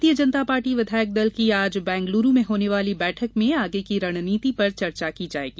भारतीय जनता पार्टी विधायक दल की आज बेंगलुरु में होने वाली बैठक में आगे की रणनीति पर चर्चा की जाएगी